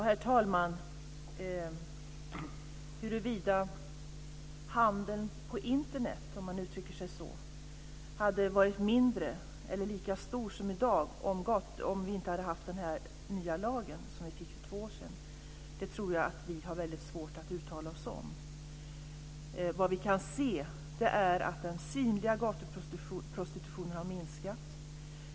Herr talman! Huruvida handeln på Internet hade varit mindre eller lika stor som i dag om vi inte hade haft den nya lag som vi fick för två år sedan tror jag att vi har väldigt svårt att uttala oss om. Vad vi kan se är att den synliga gatuprostitutionen har minskat.